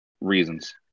Reasons